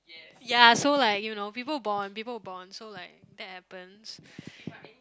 ya so like you know people bond people bond so like that happens